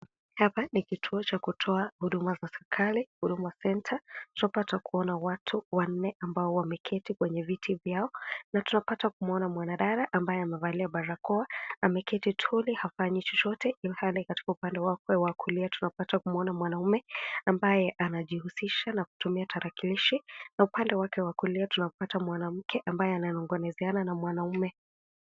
Hapa ni kituo cha kutoa huduma za serikali Huduma center tunapata kuona watu wanne ambao wameketi kwenye viti vyao na tunapata kumwona mwanadada ambaye amevalia barakoa, ameketi tuli hafanyi chochote ilhali Kwa upande wake wa kulia tunamwona mwanaume ambaye amejihusisha na kutumia tarakilishi na upande wake wa kulia tunapata mwanamke ambaye anazungumziana na mwanaume.